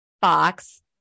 Fox